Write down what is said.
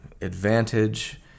advantage